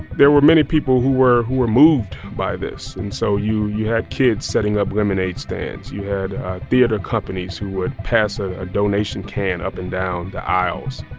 there were many people who were who were moved by this. and so you you had kids setting up lemonade stands. you had theater companies who would pass a ah donation can up and down the aisles.